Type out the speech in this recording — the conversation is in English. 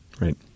Right